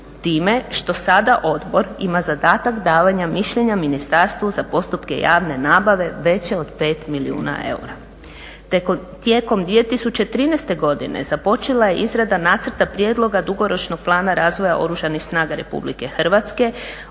time što sada odbor ima zadatak davanja mišljenja ministarstvu za postupke javne nabave veće od 5 milijuna eura. Tijekom 2013.godine započela je izrada nacrta prijedloga dugoročnog plana razvoja Oružanih snaga RH